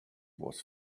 was